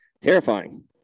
terrifying